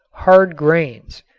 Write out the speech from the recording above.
hard grains,